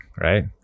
right